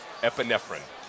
epinephrine